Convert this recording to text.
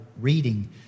reading